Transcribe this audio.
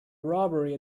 robbery